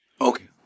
Okay